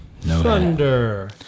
Thunder